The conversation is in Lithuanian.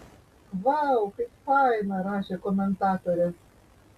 vau kaip faina rašė komentatorės